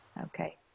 Okay